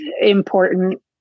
important